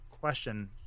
question